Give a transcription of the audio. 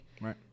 Right